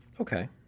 Okay